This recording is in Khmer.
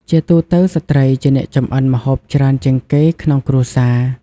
ជាទូទៅ ស្ត្រីជាអ្នកចម្អិនម្ហូបច្រើនជាងគេក្នុងគ្រួសារ។